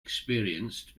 experienced